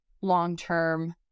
long-term